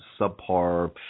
subpar